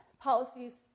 policies